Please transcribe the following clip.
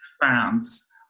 fans